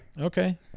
Okay